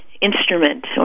instrument